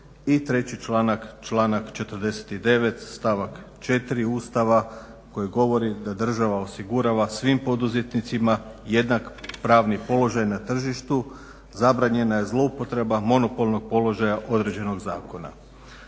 I treći članak, članak 49. stavak 4. Ustava koji govori da država osigurava svim poduzetnicima jednak pravni položaj na tržištu. Zabranjena je zloupotreba monopolnog položaja određenog zakona.